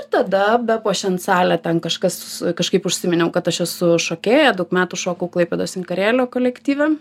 ir tada bepuošiant salę ten kažkas kažkaip užsiminiau kad aš esu šokėja daug metų šokau klaipėdos inkarėlio kolektyve